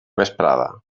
vesprada